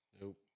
Nope